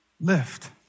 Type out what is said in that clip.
Lift